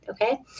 Okay